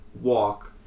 walk